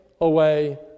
away